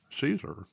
Caesar